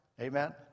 Amen